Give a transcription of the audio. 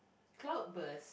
cloud burst